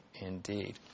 indeed